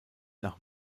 nach